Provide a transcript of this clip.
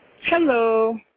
Hello